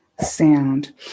sound